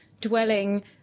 dwelling